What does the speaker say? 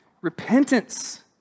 repentance